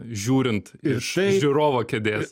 žiūrint iš žiūrovo kėdės